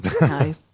no